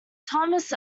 thomas